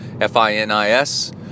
F-I-N-I-S